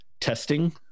testing